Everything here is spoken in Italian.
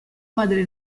padre